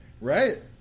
Right